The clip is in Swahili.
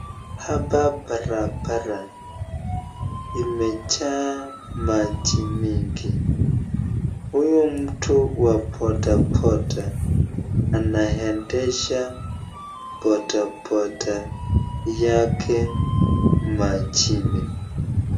Hapa barabara imejaa maji mingi. Huyu mtu wa bodaboda anaendesha bodaboda yake majini.